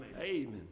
Amen